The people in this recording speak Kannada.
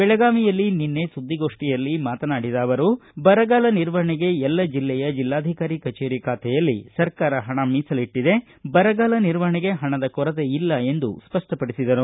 ಬೆಳಗಾವಿಯಲ್ಲಿ ನಿನ್ನೆ ಸುದ್ದಿಗೋಷ್ಠಿಯಲ್ಲಿ ಮಾತನಾಡಿದ ಅವರು ಬರಗಾಲ ನಿರ್ವಹಣೆಗೆ ಎಲ್ಲ ಜಿಲ್ಲೆಯ ಜಿಲ್ಲಾಧಿಕಾರಿ ಕಚೇರಿ ಖಾತೆಯಲ್ಲಿ ಸರಕಾರ ಹಣ ಮೀಸಲಿಟ್ಟಿದೆ ಬರಗಾಲ ನಿರ್ವಹಣೆಗೆ ಹಣದ ಕೊರತೆಯಿಲ್ಲ ಎಂದು ಸ್ಪಷ್ಟಪಡಿಸಿದರು